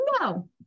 No